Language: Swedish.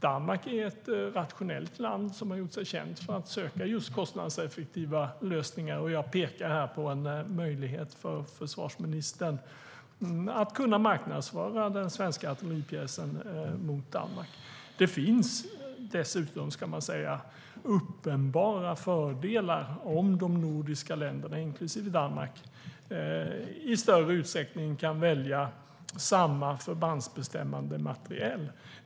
Danmark är ett rationellt land som har gjort sig känt för att söka just kostnadseffektiva lösningar, och jag pekar här på en möjlighet för försvarsministern att kunna marknadsföra den svenska artilleripjäsen mot Danmark.Det finns dessutom, ska man säga, uppenbara fördelar om de nordiska länderna, inklusive Danmark, i större utsträckning kan välja samma förbandsbestämmande materiel.